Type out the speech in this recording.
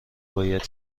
باید